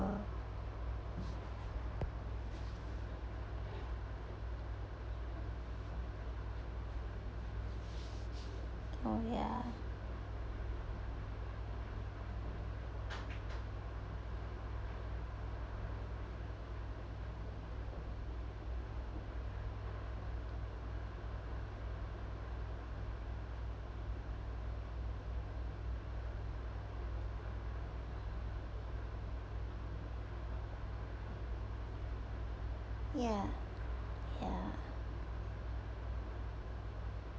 oh ya ya ya